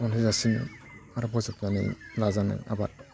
अनहोजासिम आरो बोजबनानै लाजानाय आबाद